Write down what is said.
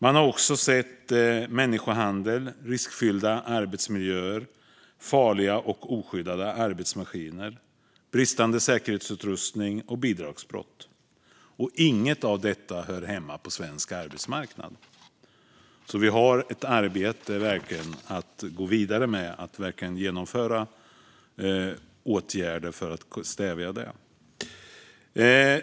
Man har också sett människohandel, riskfyllda arbetsmiljöer, farliga och oskyddade arbetsmaskiner, bristande säkerhetsutrustning och bidragsbrott. Inget av detta hör hemma på svensk arbetsmarknad, så vi har verkligen anledning att gå vidare med att genomföra åtgärder för att stävja detta.